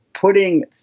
putting